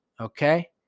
okay